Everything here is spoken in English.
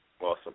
Awesome